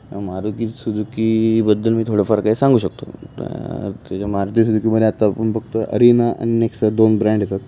मारुती सुजुकीबद्दल मी थोडंफार काही सांगू शकतो त्याच्या मारुती सुजुकीमध्ये आत्ता आपण बघतो अरिना आणि नेक्सा दोन ब्रँड येतात